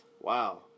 Wow